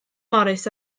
morris